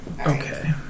Okay